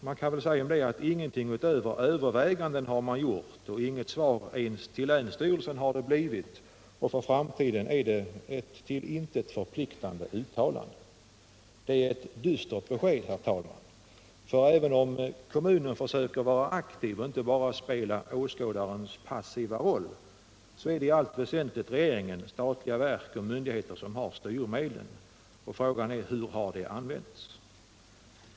Ingenting har gjorts utöver överväganden, inget svar har gets ens till länsstyrelsen. och regeringens svar innebär ett för framtiden till intet förpliktande uttalande. Det är ctt dystert besked, herr talman. Även om kommunen försöker vara aktiv och inte bara spela åskådarens passiva roll, så är det i allt väsentligt regeringen, statliga verk och myndigheter som har styrmedlen. Frågan är: Hur har de använts?